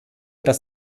dass